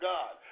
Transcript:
God